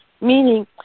meaning